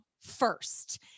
first